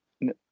No